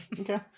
Okay